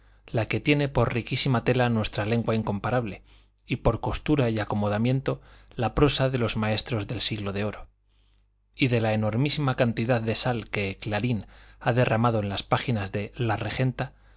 la que tiene por riquísima tela nuestra lengua incomparable y por costura y acomodamiento la prosa de los maestros del siglo de oro y de la enormísima cantidad de sal que clarín ha derramado en las páginas de la regenta